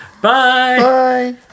Bye